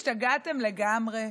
השתגעתם לגמרי?